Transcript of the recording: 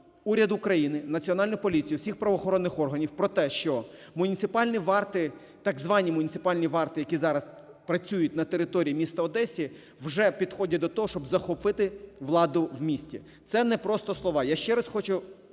уряд України, Національну поліцію і всіх правоохоронних органів про те, що муніципальні варти… так звані муніципальні варти, які зараз працюють на території міста Одеси, вже підходять до того, щоб захопити владу в місті. Це не просто слова. Я ще раз хочу